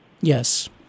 Yes